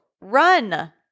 Run